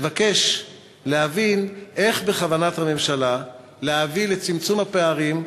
מבקש להבין איך בכוונת הממשלה להביא לצמצום הפערים,